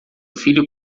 filho